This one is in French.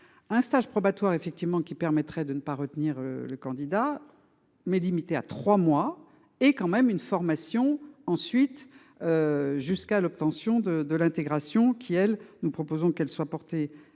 Un stage probatoire effectivement qui permettrait de ne pas retenir le candidat mais limité à 3 mois et quand même une formation ensuite. Jusqu'à l'obtention de de l'intégration qui elle nous proposons qu'elle soit portée